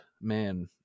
man